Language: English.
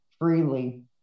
freely